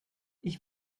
ich